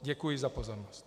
Děkuji za pozornost.